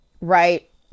right